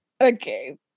okay